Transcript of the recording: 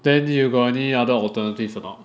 then you got any other alternative or not